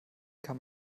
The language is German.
kann